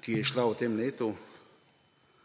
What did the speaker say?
ki je izšla tem letu.